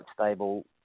stable